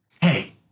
Hey